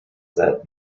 that